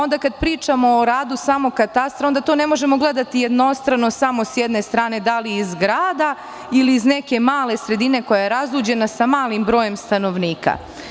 Onda, kad pričamo o radu samog katastra, onda to ne možemo gledati jednostrano samo s jedne strane da li je iz grada ili iz neke male sredine koja je razuđena sa malim brojem stanovnika.